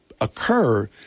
occur